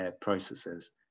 processes